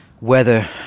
weather